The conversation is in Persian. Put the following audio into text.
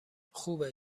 خوبه